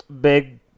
big